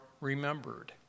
Remembered